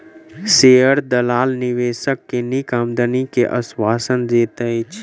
share दलाल निवेशक के नीक आमदनी के आश्वासन दैत अछि